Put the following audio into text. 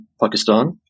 Pakistan